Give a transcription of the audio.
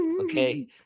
okay